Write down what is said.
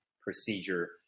procedure